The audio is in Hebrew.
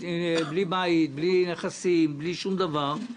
בלי בית, בלי נכסים, שום דבר,